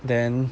then